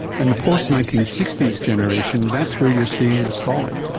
and the post nineteen sixty s generation, that's where you are seeing the stalling.